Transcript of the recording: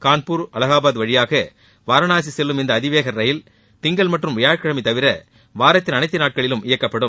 கான்பூர் அலகாபாத் அவழியாக வாரணாசி செல்லும் இந்த அதிவேக ரயில் திங்கள் மற்றும் வியாழக்கிழமை தவிர வாரத்தின் அனைத்து நாட்களிலும் இயக்கப்படும்